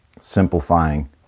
simplifying